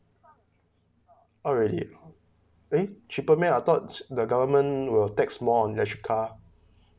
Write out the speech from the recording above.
orh really uh eh cheaper meh I thought the government will tax more on electric car